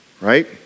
Right